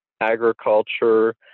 agriculture